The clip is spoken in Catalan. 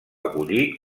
collir